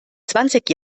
zwanzig